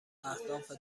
اهداف